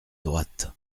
droite